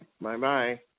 bye-bye